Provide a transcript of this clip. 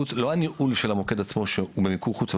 לא הניהול של המוקד עצמו שהוא במיקור חוץ,